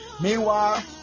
meanwhile